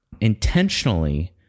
intentionally